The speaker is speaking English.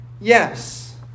yes